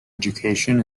education